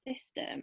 system